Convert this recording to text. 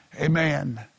Amen